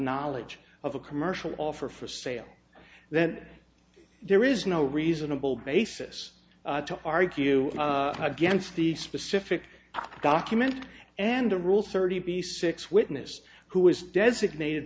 knowledge of a commercial offer for sale then there is no reasonable basis to argue against the specific documents and the rules thirty six witness who is designated